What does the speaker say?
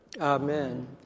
Amen